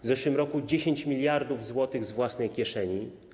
W zeszłym roku - 10 mld zł z własnej kieszeni.